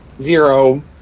Zero